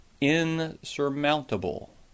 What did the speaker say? insurmountable